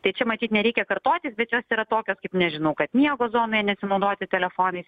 tai čia matyt nereikia kartotis bet jos yra tokios kaip nežinau kad miego zonoje nesinaudoti telefonais